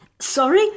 Sorry